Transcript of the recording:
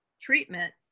treatment